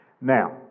Now